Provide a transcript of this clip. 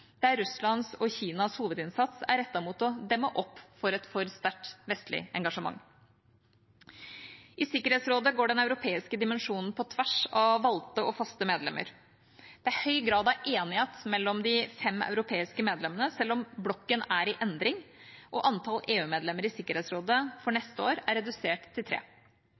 der Russland og Kinas hovedinnsats er rettet inn mot å demme opp for et for sterkt vestlig engasjement. I Sikkerhetsrådet går den europeiske dimensjonen på tvers av valgte og faste medlemmer. Det er høy grad av enighet mellom de fem europeiske medlemmene, selv om blokken er i endring og antall EU-medlemmer i Sikkerhetsrådet for neste år er redusert til tre.